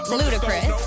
ludicrous